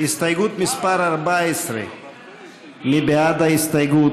הסתייגות מס' 14. מי בעד ההסתייגות?